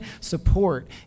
support